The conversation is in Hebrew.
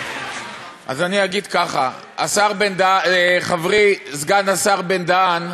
אני אגיד ככה: חברי סגן השר בן-דהן,